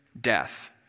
death